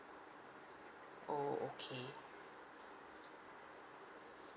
oh okay